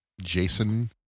Jason